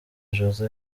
joss